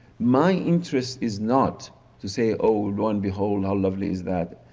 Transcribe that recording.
my interest is not to say oh low and behold, how lovely is that.